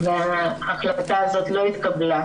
וההחלטה הזאת לא התקבלה,